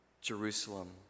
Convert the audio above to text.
Jerusalem